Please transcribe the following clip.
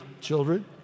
children